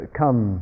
come